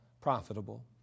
profitable